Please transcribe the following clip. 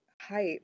hype